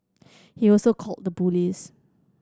he also called the police